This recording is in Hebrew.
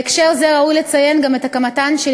בהקשר זה ראוי לציין גם את הקמתן של